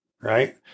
Right